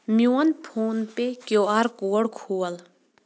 میون فون پے Q R code کھول